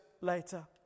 later